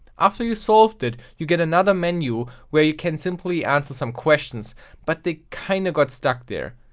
after you solved it, you get another menu where you can simply answer some questions but they kinda got stuck there.